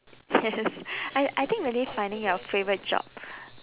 yes I I think really finding your favourite job